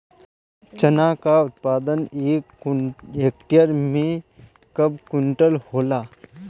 चना क उत्पादन एक हेक्टेयर में कव क्विंटल होला?